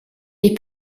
est